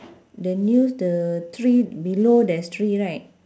the news the three below there's three right